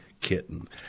kitten